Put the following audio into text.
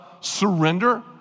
surrender